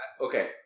Okay